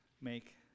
make